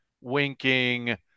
winking